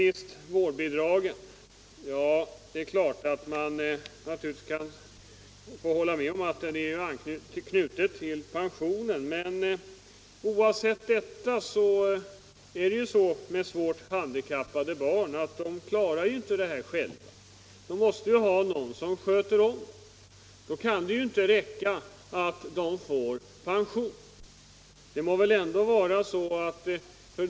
Det är riktigt att vårdbidraget är knutet till pensionen. Svårt handikappade barn klarar sig emellertid inte själva.